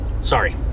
Sorry